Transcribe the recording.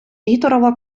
гітлерова